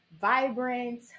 vibrant